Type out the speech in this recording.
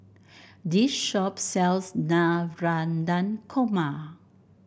this shop sells Navratan Korma